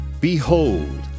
Behold